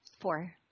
Four